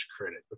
credit